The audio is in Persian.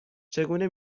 چگونه